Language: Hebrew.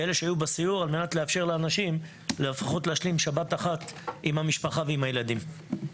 על מנת לאפשר לאנשים לפחות להשלים שבת אחת עם המשפחה ועם הילדים.